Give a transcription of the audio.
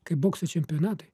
kaip bokso čempionatai